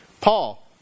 Paul